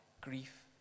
Grief